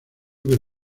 que